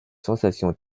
sensation